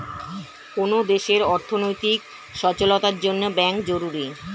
কোন দেশের অর্থনৈতিক সচলতার জন্যে ব্যাঙ্ক জরুরি